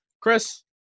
Chris